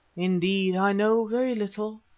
indeed i know very little,